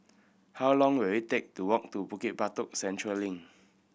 how long will it take to walk to Bukit Batok Central Link